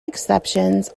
exceptions